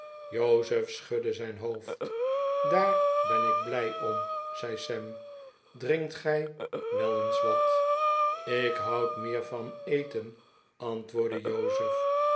schudde zijn hoofd rr daar ben ik blij om zei sam drinkt gij wel eens wat ik houd meer van eten antwoordde jozef